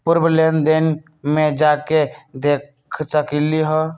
पूर्व लेन देन में जाके देखसकली ह?